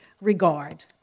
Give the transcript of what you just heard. regard